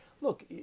look